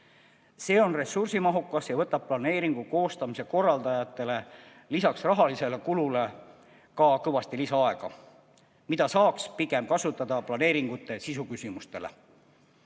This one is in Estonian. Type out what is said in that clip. See on ressursimahukas ja võtab planeeringu koostamise korraldajatelt lisaks rahakulule ka kõvasti lisaaega, mida saaks pigem kasutada planeeringute sisuküsimuste